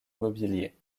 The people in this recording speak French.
mobilier